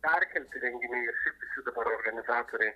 perkelti renginiai ir šiaip visi dabar organizatoriai